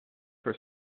for